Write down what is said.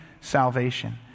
salvation